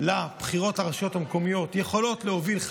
לבחירות לרשויות המקומיות יכולה להוביל,